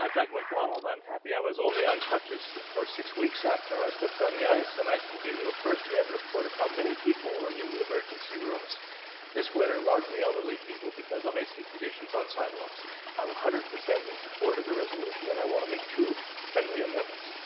um doug mcdonald. i'm happy i was only on crutches for six weeks after i slipped on the ice. and i can give you a first-hand report of how many people were in the emergency rooms this winter largely elderly, because of icy conditions on sidewalks. one hundred percent in support of the resolution and i want to make two friendly minutes.